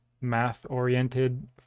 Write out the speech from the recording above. math-oriented